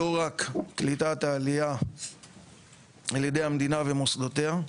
לא רק קליטת העלייה על ידי המדינה ומוסדותיה,